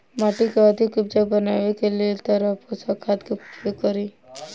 माटि केँ अधिक उपजाउ बनाबय केँ लेल केँ तरहक पोसक खाद केँ उपयोग करि?